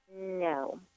No